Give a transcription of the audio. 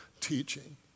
teaching